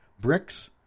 bricks